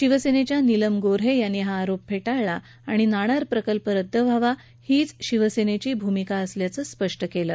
शिवसेनेच्या नीलम गो हे यांनी हा आरोप फेटाळला आणि नाणार प्रकल्प रद्द व्हावा हीच शिवसेनेची भूमिका असल्याचं स्पष्ट केलं